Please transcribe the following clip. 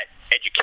education